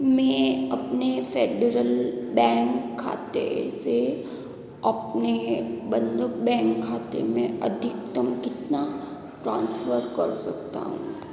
मैं अपने फ़ेडरल बैंक खाते से अपने बंधक बैंक खाते में अधिकतम कितना ट्रांसफ़र कर सकता हूँ